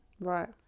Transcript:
Right